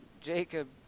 Jacob